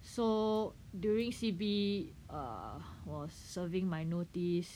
so during C_B err 我 serving my notice